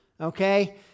Okay